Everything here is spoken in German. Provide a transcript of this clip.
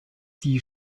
die